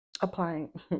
Applying